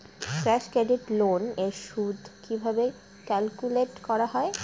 Cash credit loan এর সুদ কিভাবে ক্যালকুলেট করা হয়?